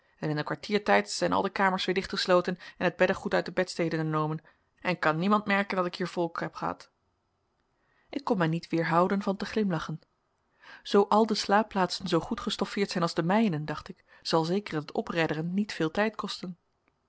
en in een kwartier tijds zijn al de kamers weer dicht esloten en het beddegoed uit de bedsteden enomen en kan niemand merken dat ik hier volk heb ehad ik kon mij niet weerhouden van te glimlachen zoo al de slaapplaatsen zoogoed gestoffeerd zijn als de mijne dacht ik zal zeker het opredderen niet veel tijd kosten